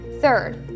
Third